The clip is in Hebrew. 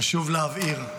חשוב להבהיר,